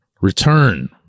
return